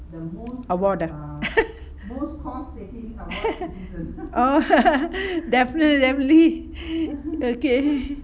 award ah orh definitely okay